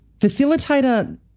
facilitator